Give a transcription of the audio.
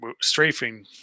strafing